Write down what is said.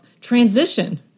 transition